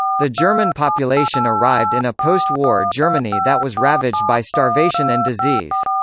the german population arrived in a post war germany that was ravaged by starvation and disease.